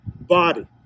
body